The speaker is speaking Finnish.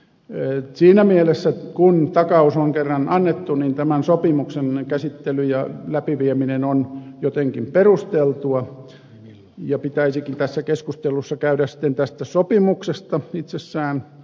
et siinä mielessä kun takaus on kerran annettu niin tämän sopimuksen käsittely ja läpivieminen on jotenkin perusteltua ja pitäisikin tässä keskustelussa käydessä tästä sopimuksesta itsessään